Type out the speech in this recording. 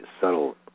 subtle